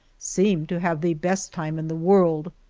seem to have the best time in the world.